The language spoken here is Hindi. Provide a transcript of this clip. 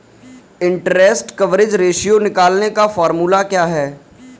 इंटरेस्ट कवरेज रेश्यो निकालने का फार्मूला क्या है?